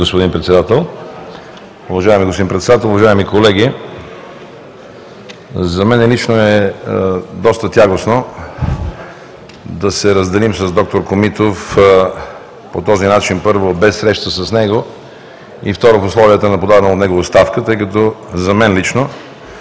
господин Председател, уважаеми колеги, за мен лично е доста тягостно да се разделим с д-р Комитов по този начин – първо, без среща с него и второ, в условията на подадена от него оставка, тъй като за мен лично